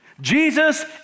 Jesus